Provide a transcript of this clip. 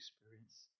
experience